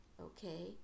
okay